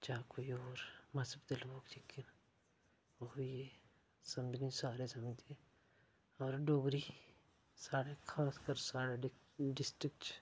जां कोई होर मजहब दे लोक जेह्के न ओह् होई गे समझनी सारे समझदे होर डोगरी साढ़े खासकर साढ़े डिस्ट्रिकट च